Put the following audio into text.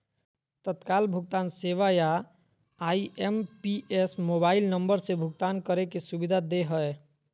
तत्काल भुगतान सेवा या आई.एम.पी.एस मोबाइल नम्बर से भुगतान करे के सुविधा दे हय